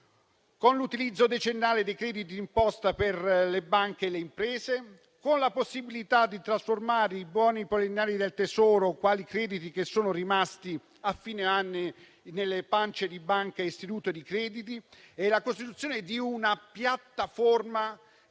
con l'utilizzo decennale dei crediti d'imposta per le banche e le imprese, la possibilità di trasformare i buoni poliennali del tesoro quali crediti che sono rimasti a fine anno nelle pance di banche ed istituti di credito e la costituzione di una piattaforma